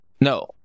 No